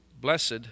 blessed